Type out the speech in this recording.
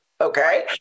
okay